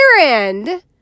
end